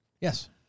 Yes